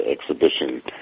exhibition